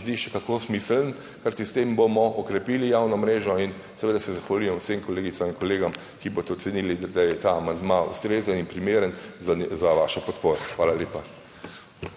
zdi še kako smiseln, kajti s tem bomo okrepili javno mrežo in seveda se zahvaljujem vsem kolegicam in kolegom, ki boste ocenili, da je ta amandma ustrezen in primeren za vašo podporo. Hvala lepa.